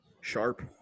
sharp